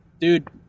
dude